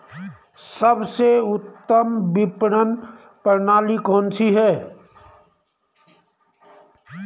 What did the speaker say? सबसे उत्तम विपणन प्रणाली कौन सी है?